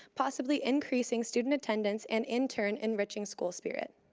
possibly increasing student attendance and in turn enriching school spirit.